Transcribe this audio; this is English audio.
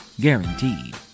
Guaranteed